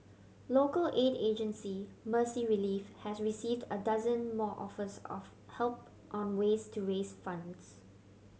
local aid agency Mercy Relief has received a dozen more offers of help on ways to raise funds